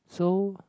so